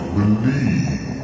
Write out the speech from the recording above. believe